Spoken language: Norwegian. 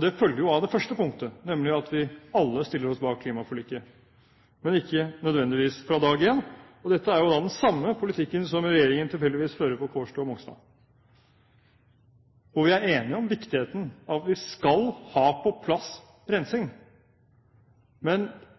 Det følger jo av det første punktet, nemlig at vi alle stiller oss bak klimaforliket, men ikke nødvendigvis fra dag én. Dette er den samme politikken som regjeringen tilfeldigvis fører på Kårstø og Mongstad. Vi er enige om viktigheten av at vi skal ha på plass rensing. Men